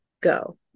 go